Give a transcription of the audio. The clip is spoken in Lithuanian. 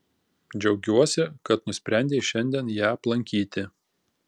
džiaugiuosi kad nusprendei šiandien ją aplankyti